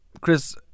Chris